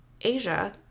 Asia